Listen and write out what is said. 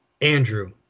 Andrew